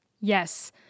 Yes